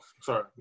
sorry